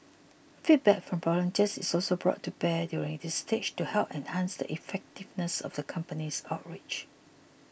feedback from volunteers is also brought to bear during this stage to help enhance the effectiveness of the company's outreach